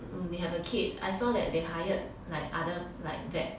they have a kid I saw that they hired like other like vet